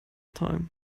time